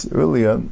earlier